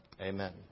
Amen